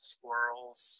Squirrels